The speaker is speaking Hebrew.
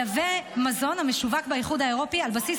לייבא מזון המשווק באיחוד האירופי על בסיס